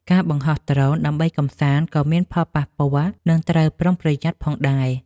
ការបង្ហោះដ្រូនដើម្បីកម្សាន្ត ក៏មានផលប៉ះពាល់ និងត្រូវប្រុងប្រយ័ត្នផងដែរ។